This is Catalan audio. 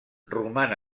roman